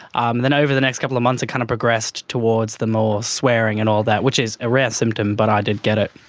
um then over the next couple of months it kind of progressed towards the more swearing and all that, which is a rare symptom but i did get it.